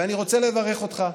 ואני רוצה לברך אותך,